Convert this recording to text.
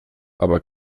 aber